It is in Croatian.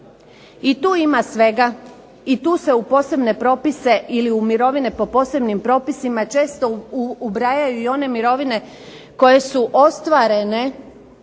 I tu ima svega, i tu se u posebne propise ili u mirovine po posebnim propisima često ubrajaju i one mirovine koje su ostvarene